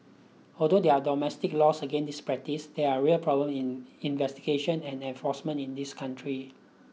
although there are domestic laws against this practice there are real problem in investigation and enforcement in this country